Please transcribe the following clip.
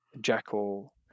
Jackal